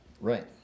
Right